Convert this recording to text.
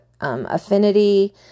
Affinity